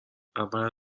اولا